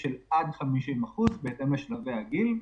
של עד 50% - כמובן בהתאם לשלבי הגיל.